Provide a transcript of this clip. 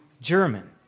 German